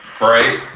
Right